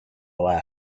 model